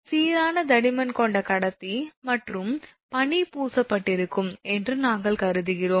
சீரான தடிமன் கொண்ட கடத்தி மற்றும் பனி பூசப்பட்டிருக்கும் என்று நாங்கள் கருதுகிறோம்